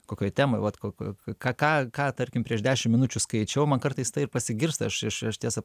kokioj temoj vat ko ką ką ką tarkim prieš dešimt minučių skaičiau man kartais tai ir pasigirsta aš aš tiesą